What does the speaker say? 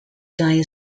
dire